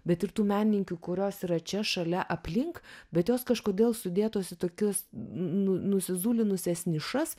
bet ir tų menininkių kurios yra čia šalia aplink bet jos kažkodėl sudėtos į tokias nu nusizulinusias nišas